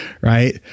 Right